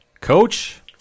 Coach